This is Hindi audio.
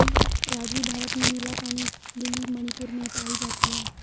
राजू भारत में नीला पानी लिली मणिपुर में पाई जाती हैं